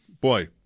boy